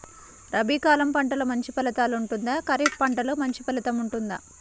రబీ కాలం పంటలు మంచి ఫలితాలు ఉంటుందా? ఖరీఫ్ పంటలు మంచి ఫలితాలు ఉంటుందా?